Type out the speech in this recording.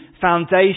foundation